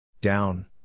Down